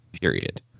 Period